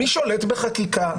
מי שולט בחקיקה?